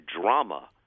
drama